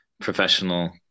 professional